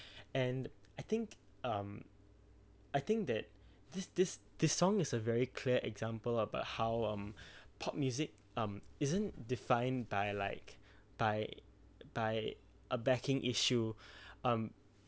and I think um I think that this this this song is a very clear example about how um pop music um isn't defined by like by by a backing issue um